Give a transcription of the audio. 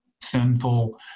sinful